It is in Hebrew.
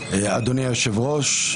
אדוני היושב-ראש,